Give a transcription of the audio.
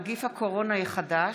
נגיף הקורונה החדש)